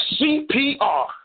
CPR